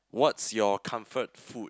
what's your comfort food